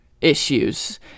issues